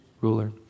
ruler